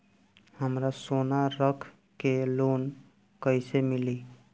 हमरा सोना रख के लोन कईसे मिली?